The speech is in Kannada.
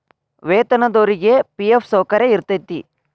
ವೇತನದೊರಿಗಿ ಫಿ.ಎಫ್ ಸೌಕರ್ಯ ಇರತೈತಿ